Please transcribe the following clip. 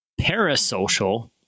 parasocial